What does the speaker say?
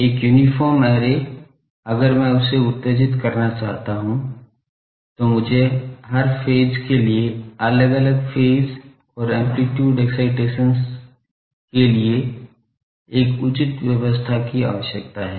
एक uniform array अगर मैं उसे उत्तेजित करना चाहता हूं तो मुझे हर फेज के लिए अलग अलग फेज और एम्पलीट्यूड एक्साइटेशन्स लिए एक उचित व्यवस्था की आवश्यकता है